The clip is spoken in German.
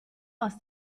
aus